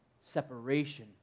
separation